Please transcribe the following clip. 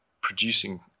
producing